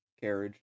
carriage